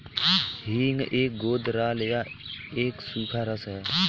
हींग एक गोंद राल या एक सूखा रस है